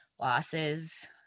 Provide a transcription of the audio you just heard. losses